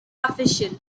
official